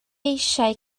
eisiau